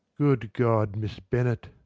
good god, miss bennet!